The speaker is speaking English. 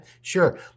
sure